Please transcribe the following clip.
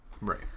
Right